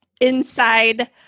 inside